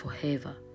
forever